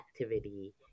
activity